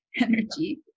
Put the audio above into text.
energy